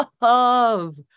love